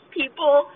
people